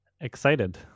excited